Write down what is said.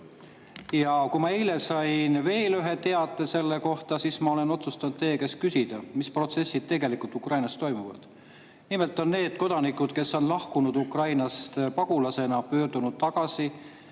Ja kuna ma eile sain veel ühe sellise teate, siis ma otsustasin teie käest küsida, mis protsessid tegelikult Ukrainas toimuvad. Nimelt on need kodanikud, kes on lahkunud Ukrainast pagulasena, pöördunud tagasi